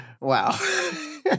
Wow